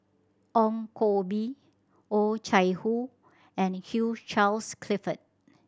Ong Koh Bee Oh Chai Hoo and Hugh Charles Clifford